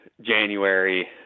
january